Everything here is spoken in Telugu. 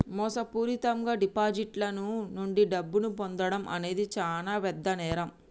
మోసపూరితంగా డిపాజిటర్ల నుండి డబ్బును పొందడం అనేది చానా పెద్ద నేరం